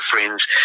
friends